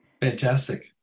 Fantastic